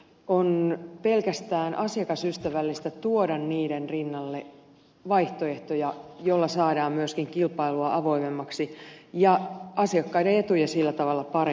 on pelkästään asiakasystävällistä tuoda niiden rinnalle vaihtoehtoja joilla saadaan myöskin kilpailua avoimemmaksi ja asiakkaiden etuja sillä tavalla paremmaksi